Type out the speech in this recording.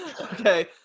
Okay